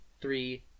three